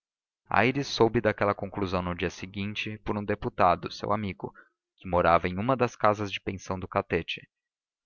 presentes aires soube daquela conclusão no dia seguinte por um deputado seu amigo que morava em uma das casas de pensão do catete